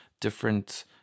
different